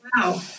wow